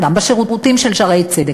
וגם בשירותים של "שערי צדק",